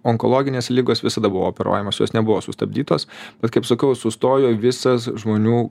onkologinės ligos visada buvo operuojamos jos nebuvo sustabdytos bet kaip sakiau sustojo visas žmonių